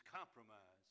compromised